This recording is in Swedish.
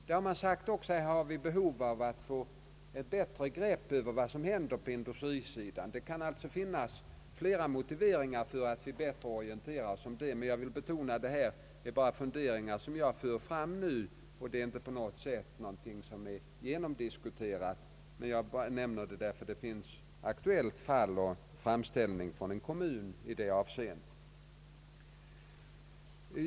Det har också sagts att ett behov föreligger av att vi får ett bättre grepp över vad som händer på industrisidan. Det kan finnas flera motiv för att vi bättre orienterar oss härom. Jag vill dock betona att vad jag här för fram bara är funderingar och att den frågan inte är på något sätt genomdiskuterad. Jag nämner detta bara därför att det föreligger ett aktuellt fall i form av en framställning från en kommun.